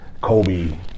Kobe